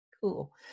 cool